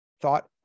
thought